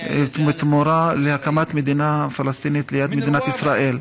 בתמורה להקמת מדינה פלסטינית ליד מדינת ישראל.